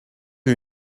you